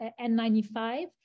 N95